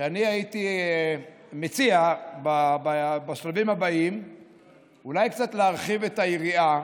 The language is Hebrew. שאני הייתי מציע בשלבים הבאים אולי קצת להרחיב את היריעה